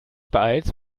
beeilst